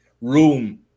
room